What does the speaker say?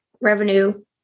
revenue